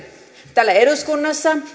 täällä eduskunnassa